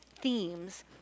themes